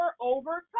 overcome